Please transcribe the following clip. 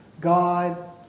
God